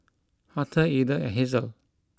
Arthur Eda and Hazle